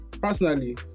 Personally